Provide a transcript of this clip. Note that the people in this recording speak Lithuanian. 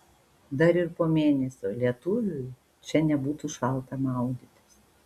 dar ir po mėnesio lietuviui čia nebūtų šalta maudytis